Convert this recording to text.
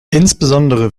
insbesondere